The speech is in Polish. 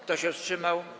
Kto się wstrzymał?